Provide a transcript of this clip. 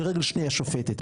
ורגל שניה היא השופטת.